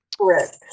Correct